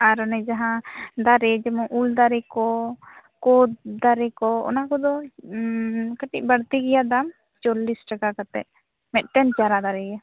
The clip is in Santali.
ᱟᱨ ᱚᱱᱮ ᱡᱟᱦᱟᱸ ᱫᱟᱨᱮ ᱡᱮᱢᱚᱱ ᱩᱞ ᱫᱟᱨᱮ ᱠᱚ ᱠᱳᱫ ᱫᱟᱨᱮ ᱠᱚ ᱚᱱᱟ ᱠᱚᱫᱚ ᱠᱟᱹᱴᱤᱡ ᱵᱟᱹᱲᱛᱤ ᱜᱮᱭᱟ ᱫᱟᱢ ᱪᱚᱞᱞᱤᱥ ᱴᱟᱠᱟ ᱠᱟᱛᱮ ᱢᱮᱫᱴᱮᱱ ᱪᱟᱨᱟ ᱫᱟᱨᱮ ᱜᱮ